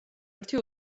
ერთი